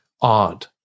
odd